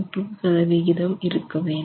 2 சதவிகிதம் இருக்க வேண்டும்